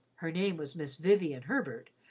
her name was miss vivian herbert,